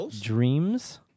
dreams